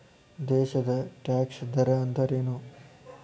ದೇಶದ್ ಟ್ಯಾಕ್ಸ್ ದರ ಅಂದ್ರೇನು?